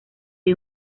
hay